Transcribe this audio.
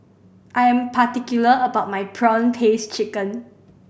I am particular about my prawn paste chicken